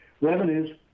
revenues